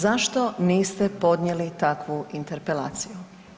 Zašto niste podnijeli takvu interpelaciju?